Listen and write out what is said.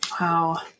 Wow